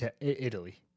Italy